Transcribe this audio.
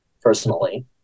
personally